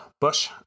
Bush